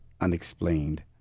unexplained